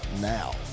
now